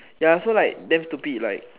ya so like damn stupid like